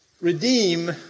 redeem